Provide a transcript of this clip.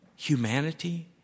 Humanity